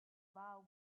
vow